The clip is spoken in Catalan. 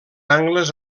angles